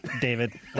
David